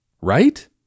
right